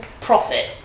profit